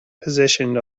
positioned